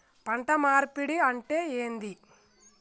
పంట మార్పిడి అంటే ఏంది?